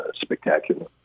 spectacular